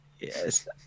Yes